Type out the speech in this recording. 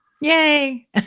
Yay